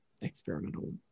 experimental